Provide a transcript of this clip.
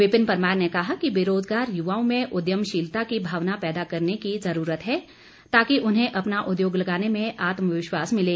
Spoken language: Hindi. विपिन परमार ने कहा कि बेरोजगार युवाओं में उद्यमशीलता की भावना पैदा करने की जरूरत है ताकि उन्हें अपना उद्योग लगाने में आत्म विश्वास मिले